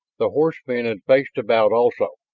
the horsemen had faced about also,